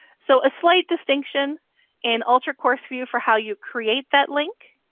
so a slight distinction in ultra course view for how you create that link.